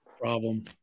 Problem